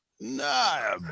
no